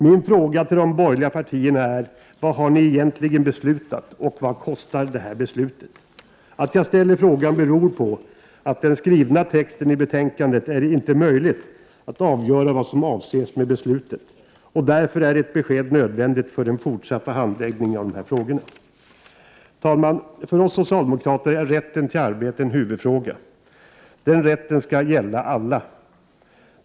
Min fråga till de borgerliga partierna är: Vad har ni egentligen beslutat? Vad kostar ert beslut? Att jag ställer frågan beror på att det av den skrivna texten i betänkandet inte är möjligt att avgöra vad som avses med beslutet, och därför är ett besked nödvändigt för den fortsatta handläggningen av dessa frågor. Fru talman! För oss socialdemokrater är rätten till arbete en huvudfråga. Den rätten skall gälla alla.